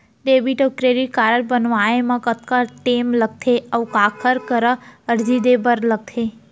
Debit अऊ credit card बनवाए मा कतका टेम लगथे, अऊ काखर करा अर्जी दे बर लगथे?